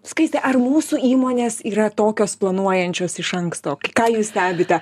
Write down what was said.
skaiste ar mūsų įmonės yra tokios planuojančios iš anksto ką jūs stebite